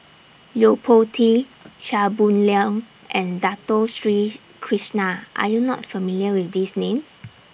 Yo Po Tee Chia Boon Leong and Dato Sri Krishna Are YOU not familiar with These Names